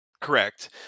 correct